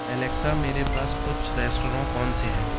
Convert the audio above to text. Alexa मेरे पास कुछ रेस्टौराँ कौनसे हैं